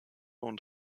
und